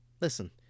Listen